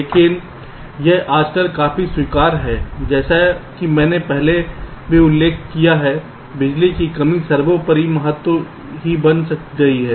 लेकिन यह आजकल काफी स्वीकार्य है जैसा कि मैंने पहले भी उल्लेख किया है बिजली की कमी सर्वोपरि महत्व की बन गई है